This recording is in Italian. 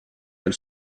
del